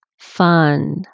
fun